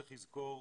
צריך לזכור,